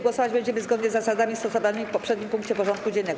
Głosować będziemy zgodnie z zasadami stosowanymi w poprzednim punkcie porządku dziennego.